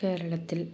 കേരളത്തിൽ